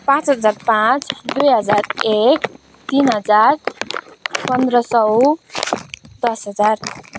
पाँच हजार पाँच दुई हजार एक तिन हजार पन्ध्र सय दस हजार